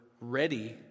ready